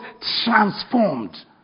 Transformed